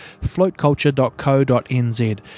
floatculture.co.nz